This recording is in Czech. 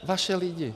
Vaše lidi.